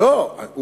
איזו שאלה.